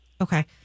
Okay